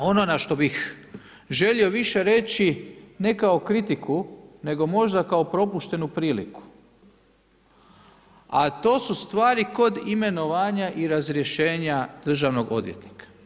Međutim, ono na što bih želio više reći ne kao kritiku nego možda kao propuštenu priliku, a to su stvari kod imenovanja i razrješenja državnog odvjetnika.